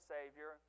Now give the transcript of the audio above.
Savior